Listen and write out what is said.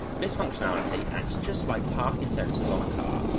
this functionality acts just like parking sensors on a car,